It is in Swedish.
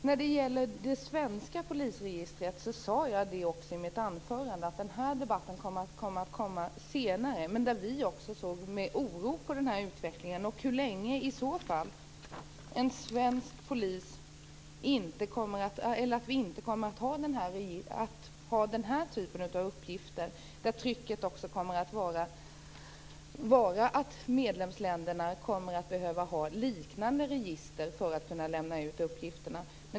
Herr talman! Jag sade i mitt anförande att debatten om det svenska polisregistret kommer att komma senare men att vi också såg med oro på den här utvecklingen. Hur länge kommer svensk polis att kunna låta bli att ha den här typen av uppgifter? Trycket kommer ju att vara att medlemsländerna behöver ha liknande register för att kunna lämna ut uppgifterna.